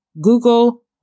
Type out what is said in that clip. Google